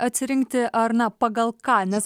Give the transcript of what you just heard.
atsirinkti ar na pagal ką nes